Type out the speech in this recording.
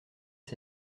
est